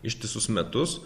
ištisus metus